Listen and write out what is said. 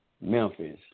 Memphis